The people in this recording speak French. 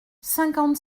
cinquante